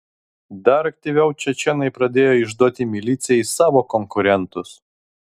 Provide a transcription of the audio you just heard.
dar aktyviau čečėnai pradėjo išduoti milicijai savo konkurentus